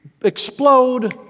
explode